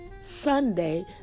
Sunday